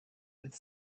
with